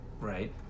right